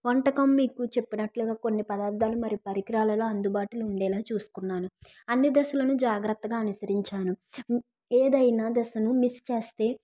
వంటకం మీకు చెప్పినట్లుగా కొన్ని పదార్థాలు మరి పరికరాలలో అందుబాటులో ఉండేలా చూసుకున్నాను అన్ని దశలను జాగ్రత్తగా అనుసరించాను ఏదైనా దశను మిస్ చేస్తే